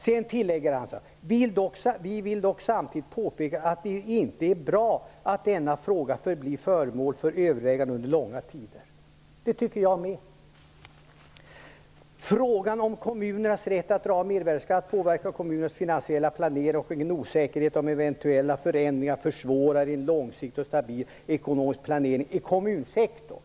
Sedan tillägger han: ''Vi vill dock samtidigt påpeka att det inte är bra att denna fråga förblir föremål för överväganden under långa tider.'' Det tycker också jag. Han fortsätter: ''Frågan om kommunernas rätt att dra av mervärdesskatt påverkar kommunernas finansiella planering, och en osäkerhet om eventuella förändringar försvårar en långsiktig och stabil ekonomisk planering i kommunsektorn.''